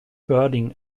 birding